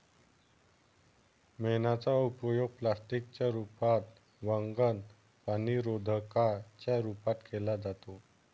मेणाचा उपयोग प्लास्टिक च्या रूपात, वंगण, पाणीरोधका च्या रूपात केला जातो